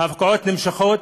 ההפקעות נמשכות